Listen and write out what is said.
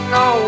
no